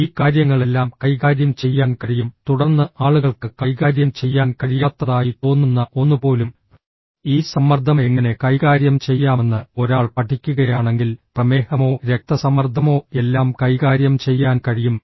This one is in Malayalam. ഈ കാര്യങ്ങളെല്ലാം കൈകാര്യം ചെയ്യാൻ കഴിയും തുടർന്ന് ആളുകൾക്ക് കൈകാര്യം ചെയ്യാൻ കഴിയാത്തതായി തോന്നുന്ന ഒന്ന് പോലും ഈ സമ്മർദ്ദം എങ്ങനെ കൈകാര്യം ചെയ്യാമെന്ന് ഒരാൾ പഠിക്കുകയാണെങ്കിൽ പ്രമേഹമോ രക്തസമ്മർദ്ദമോ എല്ലാം കൈകാര്യം ചെയ്യാൻ കഴിയും